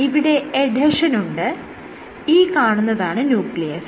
ഇവിടെ എഡ്ഹെഷൻ ഉണ്ട് ഈ കാണുന്നതാണ് ന്യൂക്ലിയസ്